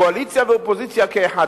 קואליציה ואופוזיציה כאחד,